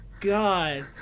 God